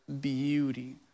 beauty